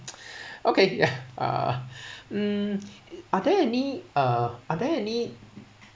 okay ya uh um are there any uh are there any